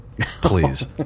Please